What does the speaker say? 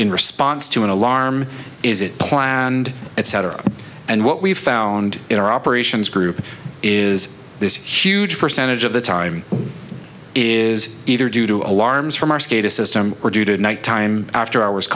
in response to an alarm is it planned etc and what we've found in our operations group is this huge percentage of the time is either due to alarms from our status system or due to night time after hours